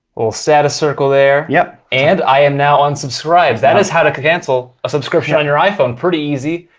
little status circle there. yep, and i am now unsubscribed. that is how to cancel a subscription on your iphone. pretty easy.